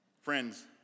Friends